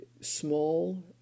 Small